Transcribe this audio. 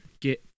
get